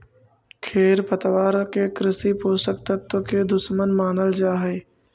खेरपतवार के कृषि पोषक तत्व के दुश्मन मानल जा हई